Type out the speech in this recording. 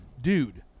dude